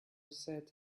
said